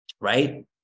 right